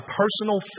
personal